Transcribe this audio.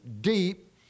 deep